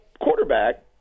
quarterback